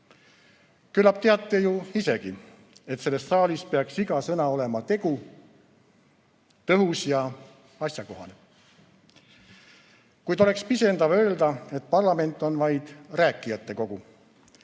Küllap teate ju isegi, et selles saalis peaks iga sõna olema tegu, tõhus ja asjakohane. Kuid oleks pisendav öelda, et parlament on vaid rääkijate kogu.